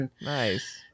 Nice